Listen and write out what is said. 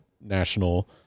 national